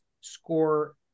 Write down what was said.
score